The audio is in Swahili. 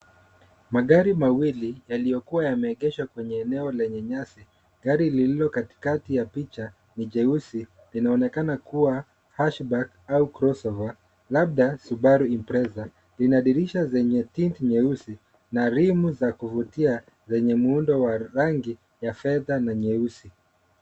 Magari mawili yaliyokuwa yameegeshwa kwenye eneo lenye nyasi. Gari lililo katikati ya picha ni jeusi linaonekana kuwa hashback au crossover labda subaru imprezza, lina dirisha zenye tint nyeusi na rimu za kuvutia zenye muundo wa rangi ya fedha na nyeusi.